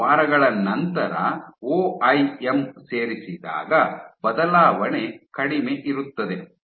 ಮೂರು ವಾರಗಳ ನಂತರ ಒಐಎಂ ಸೇರಿಸಿದಾಗ ಬದಲಾವಣೆ ಕಡಿಮೆ ಇರುತ್ತದೆ